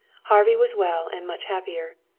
harvey was well and much happier.